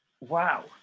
Wow